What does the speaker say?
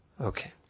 Okay